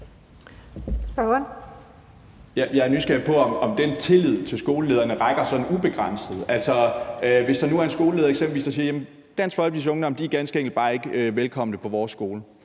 Jeg er nysgerrig på, om den tillid til skolelederne rækker sådan ubegrænset. Altså, hvis der nu eksempelvis er en skoleleder, der siger, at Dansk Folkepartis Ungdom ganske enkelt bare ikke er velkomne på den skole